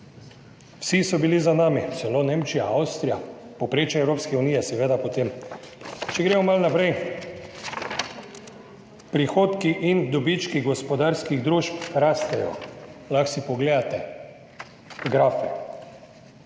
Vsi so bili za nami, celo Nemčija, Avstrija, povprečje Evropske unije se gleda po tem. Če gremo malo naprej. Prihodki in dobički gospodarskih družb rastejo. Lahko si pogledate grafe.